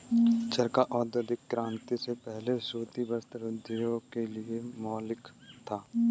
चरखा औद्योगिक क्रांति से पहले सूती वस्त्र उद्योग के लिए मौलिक था